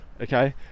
okay